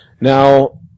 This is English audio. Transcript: Now